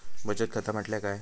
बचत खाता म्हटल्या काय?